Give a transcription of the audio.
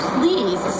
Please